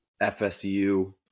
FSU